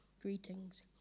Greetings